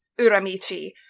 Uramichi